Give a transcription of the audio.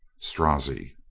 strozzi.